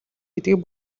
гэдгийг